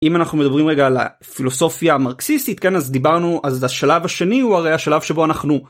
אם אנחנו מדברים רגע על הפילוסופיה המרקסיסטית, כן? אז דיברנו... אז השלב השני הוא הרי השלב שבו אנחנו...